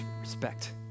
respect